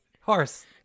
Horse